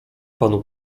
panu